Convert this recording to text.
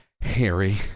Harry